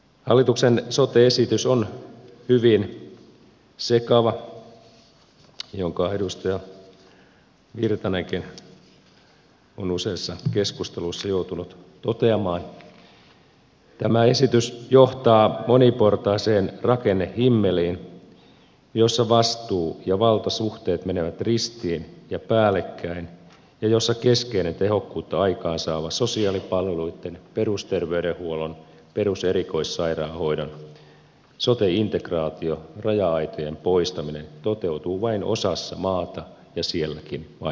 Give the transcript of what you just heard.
hallituksen sote esitys on hyvin sekava minkä edustaja virtanenkin on useissa keskusteluissa joutunut toteamaan ja tämä esitys johtaa moniportaiseen rakennehimmeliin jossa vastuu ja valtasuhteet menevät ristiin ja päällekkäin ja jossa keskeinen tehokkuutta aikaansaava sosiaalipalveluitten perusterveydenhuollon perus ja erikoissairaanhoidon sote integraatio raja aitojen poistaminen toteutuu vain osassa maata ja sielläkin vain osittain